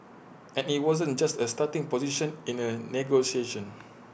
and IT wasn't just A starting position in A negotiation